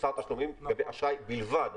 מוסר תשלומים באשראי בלבד.